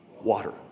water